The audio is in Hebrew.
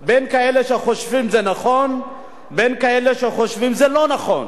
גדול מאוד בין כאלה שחושבים שזה נכון לבין כאלה שחושבים שזה לא נכון.